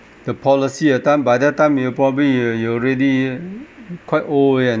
the policy the time by the time you probably you you already quite old and